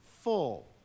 full